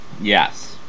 Yes